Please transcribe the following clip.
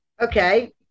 Okay